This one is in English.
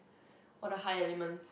or the high elements